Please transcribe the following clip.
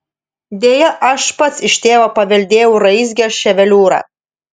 deja aš pats iš tėvo paveldėjau raizgią ševeliūrą